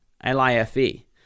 L-I-F-E